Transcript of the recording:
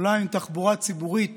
עולם עם תחבורה ציבורית